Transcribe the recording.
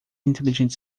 inteligente